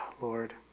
Lord